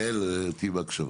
יעל תהיי בהקשבה,